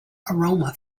aroma